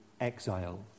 exile